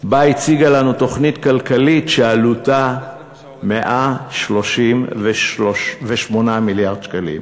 שבה הציגה לנו תוכנית כלכלית שעלותה 138 מיליארד שקלים.